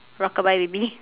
rock a my baby